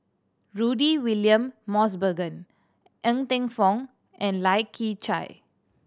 Rudy William Mosbergen Ng Teng Fong and Lai Kew Chai